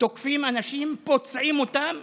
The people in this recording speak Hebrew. תוקפים אנשים, פוצעים אותם,